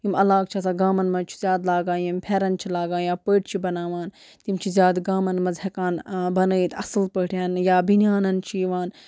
یِم علاقہٕ چھِ آسان گامَن منٛز چھُ زیادٕ لاگان یِم پھٮ۪رَن چھِ لاگان یا پٔٹۍ چھِ بَناوان تِم چھِ زیادٕ گامَن مَنٛز ہٮ۪کان بَنٲیِتھ اَصٕل پٲٹھۍ یا بٔنیانن چھِ یِوان